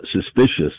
suspicious